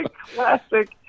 Classic